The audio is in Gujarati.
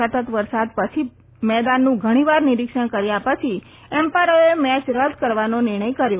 સતત વરસાદ પછી મેદાનનું ઘણીવાર નિરીક્ષણ કર્યા પછી એમ્પાયરોએ મેચ રદ કરવાનો નિર્ણય કર્યો